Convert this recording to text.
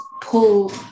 pull